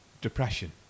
depression